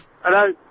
Hello